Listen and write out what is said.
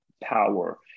power